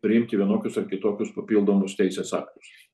priimti vienokius ar kitokius papildomus teisės aktus